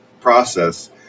process